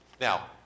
Now